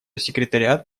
секретариат